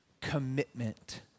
commitment